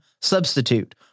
substitute